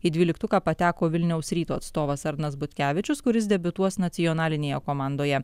į dvyliktuką pateko vilniaus ryto atstovas arnas butkevičius kuris debiutuos nacionalinėje komandoje